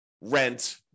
rent